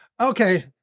Okay